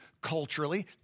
culturally